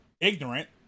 ignorant